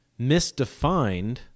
misdefined